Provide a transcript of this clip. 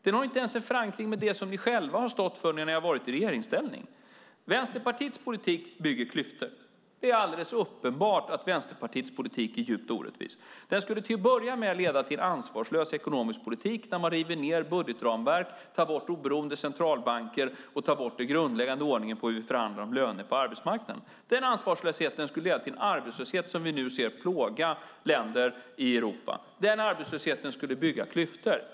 Den har inte ens förankring i det som ni själva har stått för när ni har varit i regeringsställning. Vänsterpartiets politik skapar klyftor. Det är alldeles uppenbart att Vänsterpartiets politik är djupt orättvis. Den skulle till att börja med leda till ansvarslös ekonomisk politik där man river ned budgetramverk, tar bort oberoende centralbanker och tar bort den grundläggande ordningen för hur vi förhandlar om löner på arbetsmarknaden. Den ansvarslösheten skulle leda till en arbetslöshet som vi nu ser plåga länder i Europa. Den arbetslösheten skulle skapa klyftor.